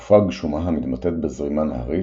– תקופה גשומה המתבטאת בזרימה נהרית,